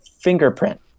fingerprint